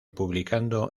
publicando